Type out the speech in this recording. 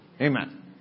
Amen